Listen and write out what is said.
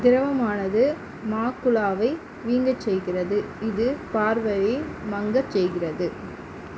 திரவமானது மாக்குலாவை வீங்கச் செய்கிறது இது பார்வையை மங்கச் செய்கிறது